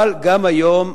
אבל גם היום,